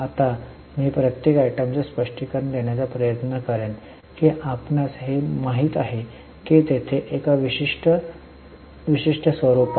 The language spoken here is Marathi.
आता मी प्रत्येक आयटमचे स्पष्टीकरण देण्याचा प्रयत्न करेन की आपणास हे माहित आहे की तेथे एक विशिष्ट स्वरूप आहे